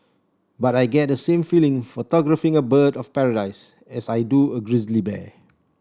but I get the same feeling photographing a bird of paradise as I do a grizzly bear